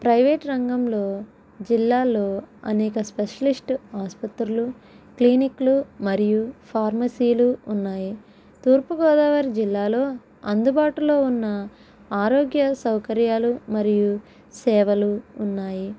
private రంగంలో జిల్లాలో అనేక స్పెషలిస్ట్ ఆసుపత్రులు క్లినిక్లు మరియు ఫార్మసీలు ఉన్నాయి తూర్పుగోదావరి జిల్లాలో అందుబాటులో ఉన్న ఆరోగ్య సౌకర్యాలు మరియు సేవలు ఉన్నాయి